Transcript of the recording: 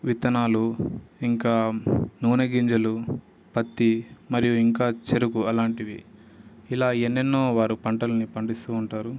విత్తనాలు ఇంకా నూనె గింజలు పత్తి మరియు ఇంకా చెరుకు అలాంటివి ఇలా ఎన్నెన్నో వారు పంటలను పండిస్తూ ఉంటారు